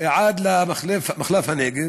עד למחלף הנגב,